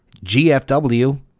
GFW